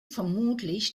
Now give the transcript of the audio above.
vermutlich